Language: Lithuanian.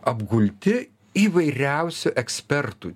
apgulti įvairiausių ekspertų